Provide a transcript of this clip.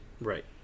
Right